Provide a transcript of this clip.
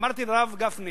אמרתי לרב גפני